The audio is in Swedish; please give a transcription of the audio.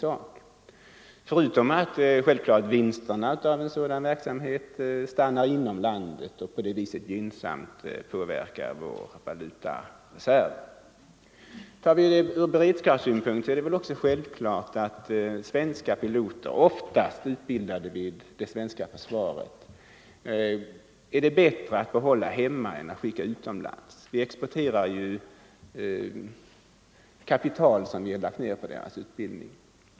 Dessutom stannar vinsterna av verksamheten inom landet och påverkar på det sättet gynnsamt vår valutareserv. Från beredskapssynpunkt är det självfallet bättre om de svenska piloterna — oftast utbildade vid det svenska flygvapnet — kan behållas hemma än om de flyttar utomlands. Annars exporteras det kapital som har lagts ner på deras utbildning.